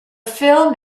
film